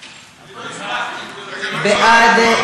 בעד, לא